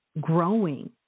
growing